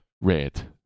red